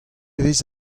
vez